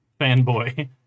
fanboy